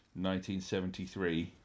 1973